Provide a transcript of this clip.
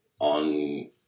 On